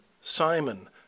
Simon